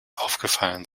aufgefallen